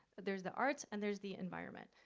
there's the arts and there's the environment,